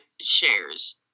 shares